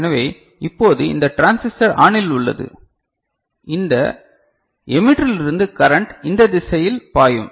எனவே இப்போது இந்த டிரான்சிஸ்டர் ஆனில் உள்ளது இந்த எடிட்டரிலிருந்து கரன்ட் இந்த திசையில் பாயும்